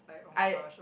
I